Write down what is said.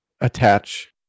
attach